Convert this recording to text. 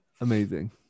Amazing